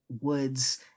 Woods